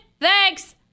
Thanks